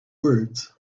words